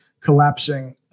collapsing